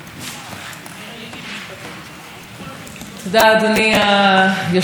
מעניין שהנושא הראשון שהממשלה מביאה בפתיחת המושב